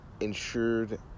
insured